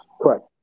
Correct